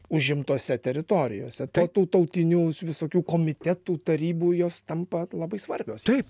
užimtose teritorijose tautų tautinių visokių komitetų tarybų jos tampa labai svarbios jos